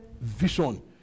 vision